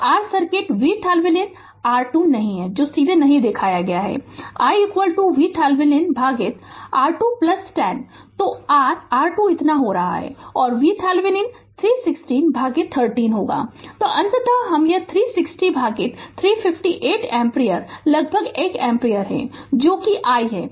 तो r circuit VThevenin R2 नहीं है जो सीधे नहीं दिखाया गया है i VThevenin भागित R210 तो r R2 इतना हो रहा है और VThevenin 360 भागित 13 तो अंततः यह 360 भागित 358 एम्पीयर लगभग 1 एम्पीयर है जो कि i है